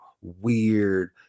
weird